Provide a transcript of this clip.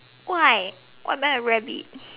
why why am I a rabbit